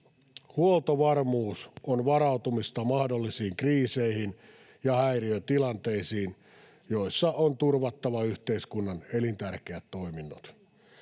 Huoltovarmuus on varautumista mahdollisiin kriiseihin ja häiriötilanteisiin, joissa on turvattava yhteiskunnan elintärkeät toiminnot.